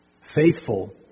Faithful